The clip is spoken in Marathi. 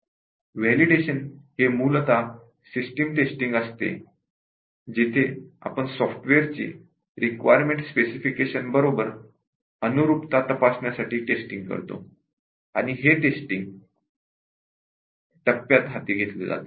व्हॅलिडेशन हे मूलत सिस्टम टेस्टिंग असते जेथे आपण सॉफ्टवेअरची रिक्वायरमेंट स्पेसिफिकेशन बरोबर अनुरुपता तपासण्यासाठी टेस्टींग करतो आणि हे टेस्टिंग टप्प्यात हाती घेतले जाते